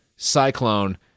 Cyclone